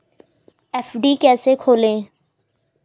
FD कैसे खोलें?